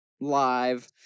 live